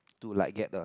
to like get the